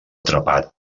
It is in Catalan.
atrapat